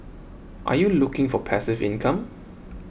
are you looking for passive income